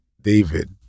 David